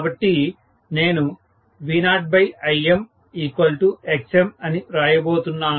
కాబట్టి నేను V0ImXm అని వ్రాయబోతున్నాను